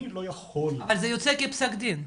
אני לא יכול --- אבל זה יוצא כפסק דין.